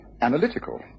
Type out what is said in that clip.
analytical